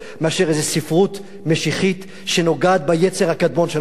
מאשר איזו ספרות משיחית שנוגעת ביצר הקדמון של האדם.